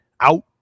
Out